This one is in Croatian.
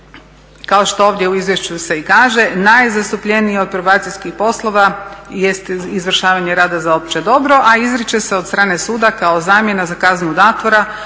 kao što ovdje u izvješću se i kaže najzastupljeniji od probacijskih poslova jest izvršavanje rada za opće dobro a izriče se od strane suda kao zamjena za kaznu zatvora